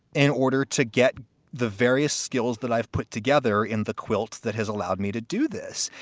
in order to get the various skills that i've put together in the quilt that has allowed me to do this.